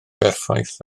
berffaith